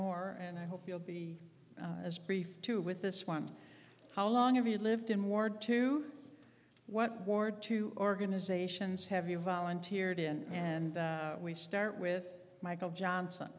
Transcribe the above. more and i hope you'll be as brief too with this one how long have you lived in ward two what war two organizations have you volunteered in and we start with michael johnson